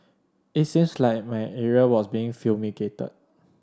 it seems like my area was being fumigated